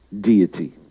deity